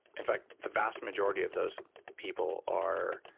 in fact, the vast majority of those people are